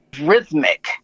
rhythmic